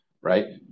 right